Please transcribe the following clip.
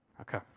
Okay